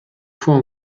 fois